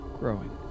growing